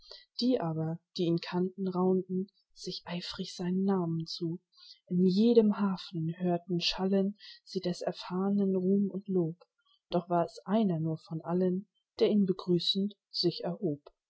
die aber die ihn kannten raunten sich eifrig seinen namen zu in jedem hafen hörten schallen sie des erfahrnen ruhm und lob doch war es einer nur von allen der ihn begrüßend sich erhob